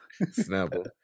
Snapple